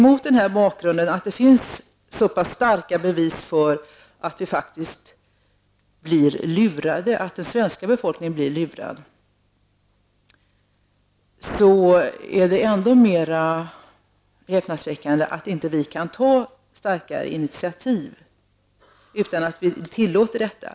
Mot bakgrund av att det finns så starka bevis för att vi faktiskt blir lurade -- att den svenska befolkningen blir lurad -- är det häpnadsväckande att vi inte kan ta starkare initiativ utan tillåter detta.